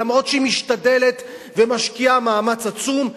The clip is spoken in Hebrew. וגם משתדלת ומשקיעה מאמץ עצום,